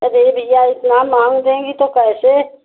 अरे भईया इतना महँगा देंगी तो कैसे